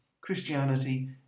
Christianity